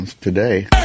today